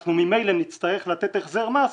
אנחנו ממילא נצטרך לתת החזר מס,